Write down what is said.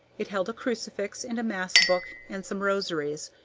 it held a crucifix and a mass-book and some rosaries,